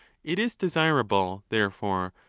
it is desirable, therefore,